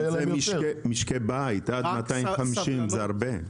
משקי בית עד 250,000 זה הרבה.